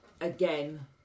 again